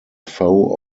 foe